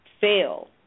fail